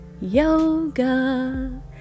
yoga